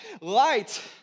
light